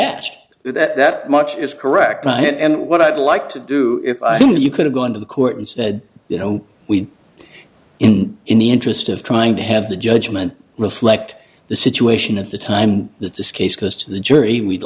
asked that that much is correct and what i'd like to do if i think you could have gone to the court and said you know we are in in the interest of trying to have the judgment reflect the situation at the time that this case goes to the jury we'd